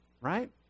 right